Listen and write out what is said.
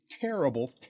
terrible